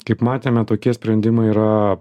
kaip matėme tokie sprendimai yra